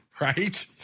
Right